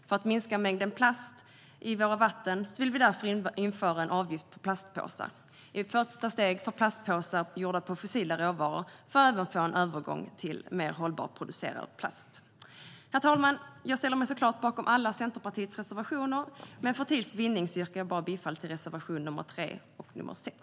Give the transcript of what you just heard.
För att minska mängden plast i våra vatten vill vi därför införa en avgift på plastpåsar, i ett första steg för plastpåsar gjorda på fossila råvaror för att även få en övergång till mer hållbart producerad plast. Herr talman! Jag ställer mig såklart bakom alla Centerpartiets reservationer, men för tids vinning yrkar jag bifall bara till reservationerna nr 3 och 6.